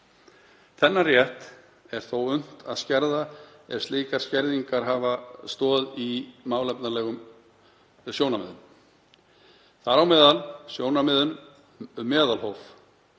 Þennan rétt er þó unnt að skerða ef slíkar skerðingar hafa stoð í málefnalegum sjónarmiðum, þar á meðal sjónarmiðum um meðalhóf.